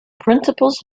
principles